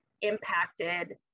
impacted